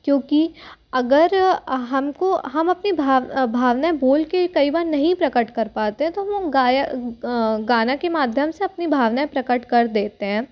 क्योंकि अगर हमको हम अपनी भाव भावनाऍं बोल के कई बार नहीं प्रकट कर पाते हैं तो हम गाना के माध्यम से अपनी भावनाऍं प्रकट कर देते हैं